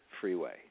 freeway